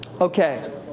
Okay